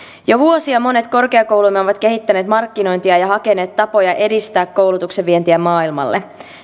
jo vuosia monet korkeakoulumme ovat kehittäneet markkinointia ja hakeneet tapoja edistää koulutuksen vientiä maailmalle